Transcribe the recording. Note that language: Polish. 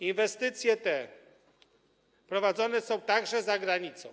Inwestycje prowadzone są także za granicą.